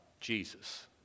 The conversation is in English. Jesus